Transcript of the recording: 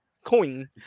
Coin